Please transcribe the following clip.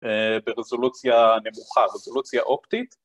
ברזולוציה נמוכה, רזולוציה אופטית